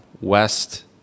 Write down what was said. west